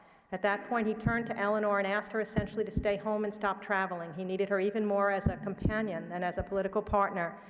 at that point, he turned to eleanor and asked her essentially to stay home and stop traveling. he needed her even more as a companion than as a political partner.